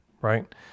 right